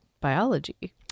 biology